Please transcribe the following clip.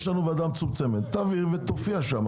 יש לנו ועדה מצומצמת, עדיף שתופיע שם.